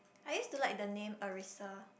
I used to like the name Arissa